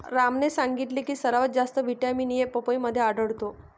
रामने सांगितले की सर्वात जास्त व्हिटॅमिन ए पपईमध्ये आढळतो